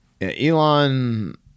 Elon